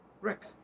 Rick